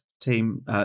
team